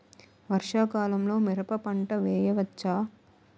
వర్షాకాలంలో మిరప పంట వేయవచ్చా?